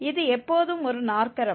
இது எப்போதும் ஒரு நாற்கரம்